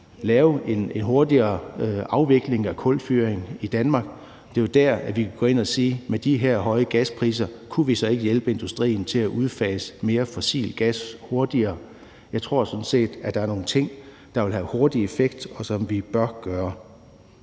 lave en hurtigere afvikling af kulfyring i Danmark; det er der, vi kan gå ind og spørge, om vi med de her høje gaspriser ikke kunne hjælpe industrien til at udfase mere fossil gas hurtigere. Jeg tror sådan set, at der er nogle ting, der vil have hurtig effekt, og som vi bør gøre.